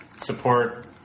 Support